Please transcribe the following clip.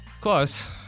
close